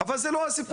אבל זה לא הסיפור.